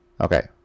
Okay